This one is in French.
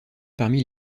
parmi